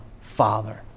Father